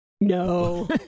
No